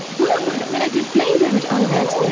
woo! then i do flame damage. oh, that's yeah